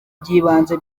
by’ibanze